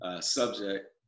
Subject